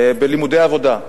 בלימודי עבודה,